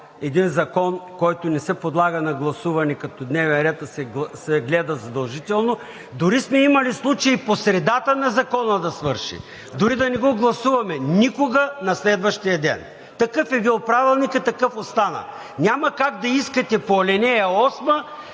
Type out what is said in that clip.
един закон, който не се подлага на гласуване като дневен ред, а се гледа задължително! Дори сме имали случаи законът да свърши по-средата, дори да не го гласуваме. Никога на следващия ден! Такъв е бил Правилникът, такъв остана. Няма как да искате по ал. 8